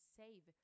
save